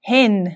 Hen